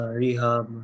rehab